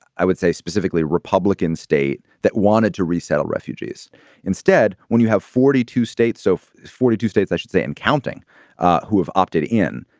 i would say, specifically republican state that wanted to resettle refugees instead. when you have forty two states, so forty two states, i should say i'm counting who have opted in,